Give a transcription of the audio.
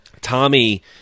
Tommy